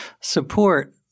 support